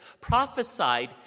prophesied